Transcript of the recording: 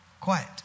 quiet